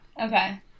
Okay